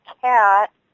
cat